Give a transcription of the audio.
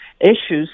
issues